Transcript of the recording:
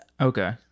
Okay